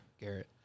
Garrett